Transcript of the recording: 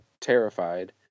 terrified